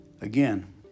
Again